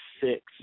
six